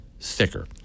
thicker